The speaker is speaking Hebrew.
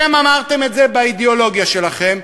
אתם אמרתם את זה באידיאולוגיה שלכם.